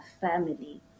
family